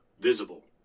visible